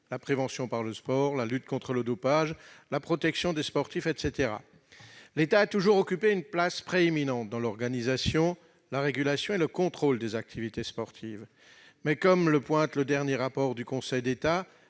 la prévention par le sport à la lutte contre le dopage, en passant par la protection des sportifs. L'État a toujours occupé une place prééminente dans l'organisation, la régulation et le contrôle des activités sportives. Cependant, comme le souligne le dernier rapport du Conseil d'État,